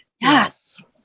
Yes